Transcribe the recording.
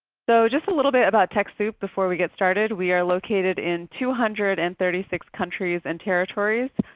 so just a little bit about techsoup before we get started. we are located in two hundred and thirty six countries and territories.